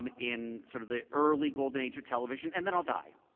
um in sort of the early golden age of television and then i'll die.